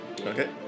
Okay